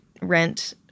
rent